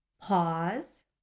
pause